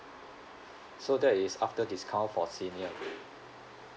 so that is after discount for senior